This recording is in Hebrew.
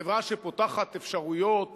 חברה שפותחת אפשרויות